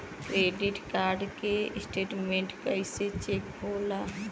Credit card के statement कइसे check होला?